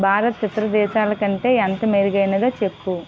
భారత్ ఇతర దేశాలకంటే ఎంత మెరుగైనదో చెప్పు